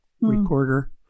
recorder